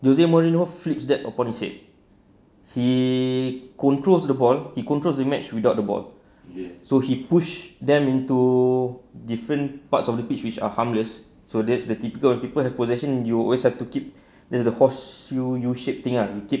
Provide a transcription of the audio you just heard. using merino flips that upon his head he controlled the ball he controls the match without the ball so he push them into different parts of the pitch which are harmless so that's the typical people have possession you always have to keep the horseshoe U-shape thing ah